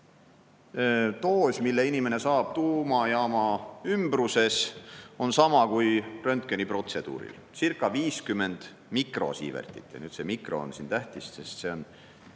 doos, mille inimene saab tuumajaama ümbruses, on sama kui röntgeniprotseduuril:circa50 mikrosiivertit. See "mikro" on siin tähtis, sest